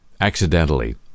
accidentally